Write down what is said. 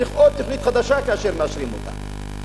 צריך תוכנית חדשה כאשר מאשרים אותה.